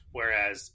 Whereas